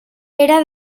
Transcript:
era